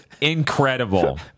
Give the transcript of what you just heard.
Incredible